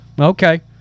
Okay